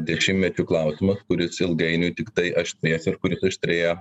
dešimtmečių klausimą kuris ilgainiui tiktai aštrės ir kuris aštrėja